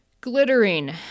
Glittering